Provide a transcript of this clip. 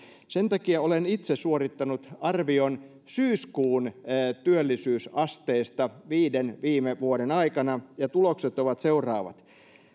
sen takia olen itse suorittanut arvion syyskuun työllisyysasteesta viiden viime vuoden aikana ja tulokset ovat seuraavat